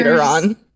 on